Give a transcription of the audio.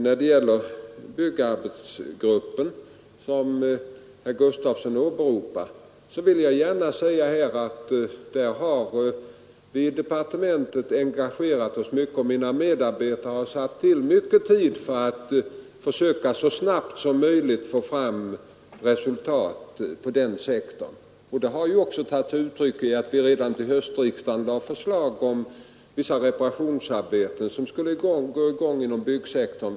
När det gäller byggarbetsgruppen, som herr Gustafson åberopar, vill jag gärna säga här, att vi i departementet har engagerat oss starkt i byggfrågorna. Mina medarbetare har satt till mycken tid för att försöka så snabbt som möjligt få fram resultat på den här sektorn. Det har tagit sig uttryck i att vi redan till höstriksdagen lade förslag om vissa reparationsarbeten som skulle i gång inom byggsektorn.